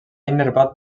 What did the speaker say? innervat